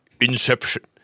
Inception